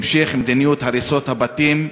המשך מדיניות הריסת הבתים.